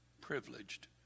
privileged